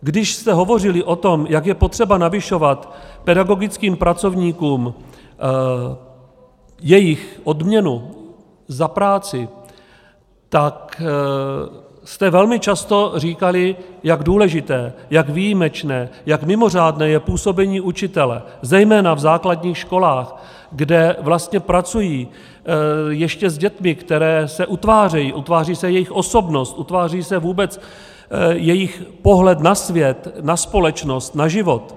Když jste hovořili o tom, jak je potřeba navyšovat pedagogickým pracovníkům jejich odměnu za práci, tak jste velmi často říkali, jak důležité, jak výjimečné, jak mimořádné je působení učitele zejména v základních školách, kde vlastně pracují ještě s dětmi, které se utvářejí, utváří se jejich osobnost, utváří se vůbec jejich pohled na svět, na společnost, na život.